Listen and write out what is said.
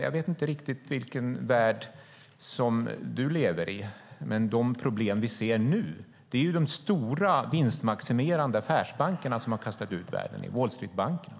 Jag vet inte riktigt vilken värld Carl B Hamilton lever i, men de problem vi ser nu är ju de stora vinstmaximerande affärsbankerna, Wall Street-bankerna.